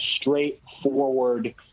straightforward